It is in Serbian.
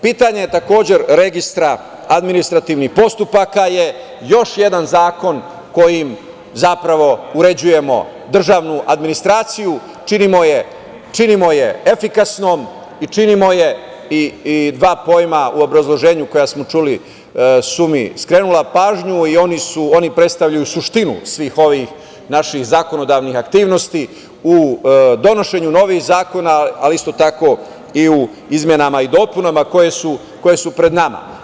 Pitanje, takođe registra administrativne postupaka je još jedan zakon kojim zapravo uređujemo državnu administraciju, činimo je efikasnom i dva pojma u obrazloženju koja smo čuli su mi skrenula pažnju i oni predstavljaju suštinu svih ovih naših zakonodavnih aktivnosti u donošenju novih zakona, ali isto tako i u izmenama i dopunama koje su pred nama.